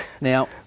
Now